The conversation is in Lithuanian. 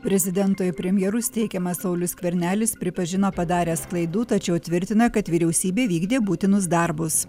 prezidento į premjerus teikiamas saulius skvernelis pripažino padaręs klaidų tačiau tvirtina kad vyriausybė vykdė būtinus darbus